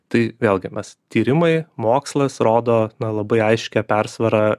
tai vėlgi mes tyrimai mokslas rodo na labai aiškią persvarą